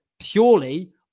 purely